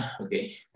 okay